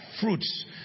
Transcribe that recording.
fruits